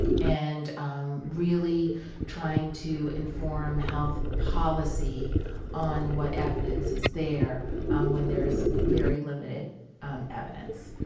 and really trying to inform health policy on what evidence is there when there's very limited um evidence.